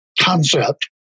concept